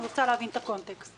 אני רוצה להבין את הקונטקסט.